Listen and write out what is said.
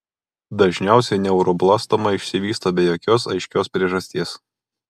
dažniausiai neuroblastoma išsivysto be jokios aiškios priežasties